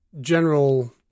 general